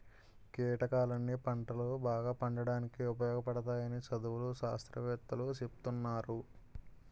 కీటకాలన్నీ పంటలు బాగా పండడానికి ఉపయోగపడతాయని చదువులు, శాస్త్రవేత్తలూ సెప్తున్నారు